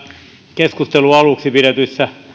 keskustelun aluksi pidetyissä